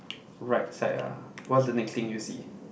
right side ah what's the next thing you see